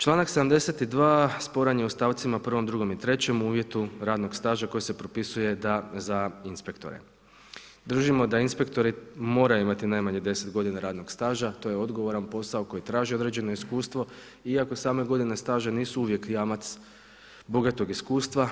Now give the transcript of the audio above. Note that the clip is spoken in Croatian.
Čl. 72. sporan je u stavcima 1., 2., i 3. u uvjetu radnog staža koji se propisuje za inspektore, držimo da inspektori moraju imati najmanje 10 godina radnog staža, to je odgovoran posao koji traži određeno iskustvo, iako same godine staža nisu uvijek jamac bogatog iskustva.